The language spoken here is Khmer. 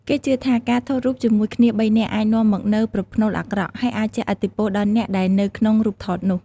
គេជឿថា ការថតរូបជាមួយគ្នាបីនាក់អាចនាំមកនូវប្រផ្នូលអាក្រក់ ហើយអាចជះឥទ្ធិពលដល់អ្នកដែលនៅក្នុងរូបថតនោះ។